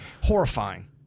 Horrifying